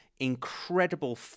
incredible